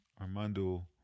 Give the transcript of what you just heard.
Armando